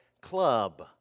club